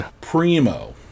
primo